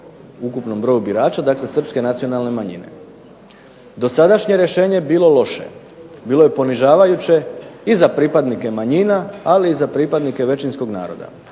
ukupnom broju birača. Dakle, srpske nacionalne manjine. Dosadašnje rješenje je bilo loše, bilo je ponižavajuće i za pripadnike manjina ali i za pripadnike većinskog naroda,